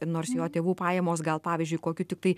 nors jo tėvų pajamos gal pavyzdžiui kokiu tiktai